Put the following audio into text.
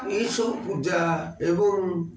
ଏଇସବୁ ପୂଜା ଏବଂ